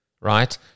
right